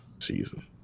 season